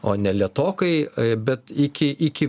o ne lėtokai bet iki iki